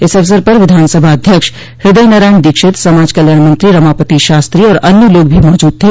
इस अवसर पर विधानसभा अध्यक्ष हृदय नारायण दीक्षित समाज कल्याण मंत्री रमापति शास्त्री और अन्य लोग भी मौजूद थे